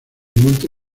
monte